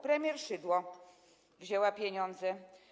Premier Szydło - wzięła pieniądze.